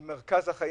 היא מרכז חייך.